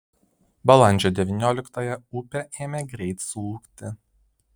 balandžio devynioliktąją upė ėmė greit slūgti